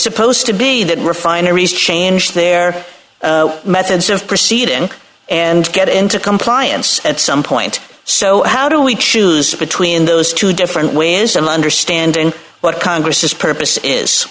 supposed to be that refineries change their methods of proceeding and get into compliance at some point so how do we choose between those two different way is an understanding what congress is purpose is